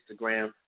Instagram